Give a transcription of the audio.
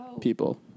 people